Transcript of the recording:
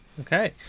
okay